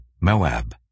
Moab